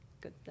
good